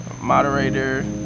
moderator